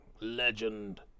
legend